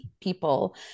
people